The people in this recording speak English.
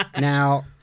Now